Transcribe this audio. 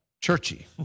churchy